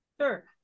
Sure